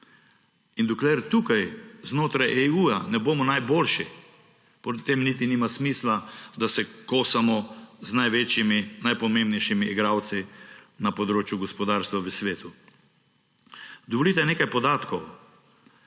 In dokler tukaj, znotraj EU, ne bomo najboljši, potem niti nima smisla, da se kosamo z največjimi, najpomembnejšimi igralci na področju gospodarstva v svetu. Dovolite nekaj podatkov.